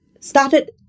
Started